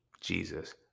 Jesus